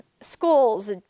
schools